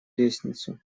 лестницу